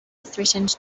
threatened